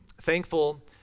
thankful